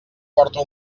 porta